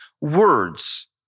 words